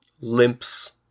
limps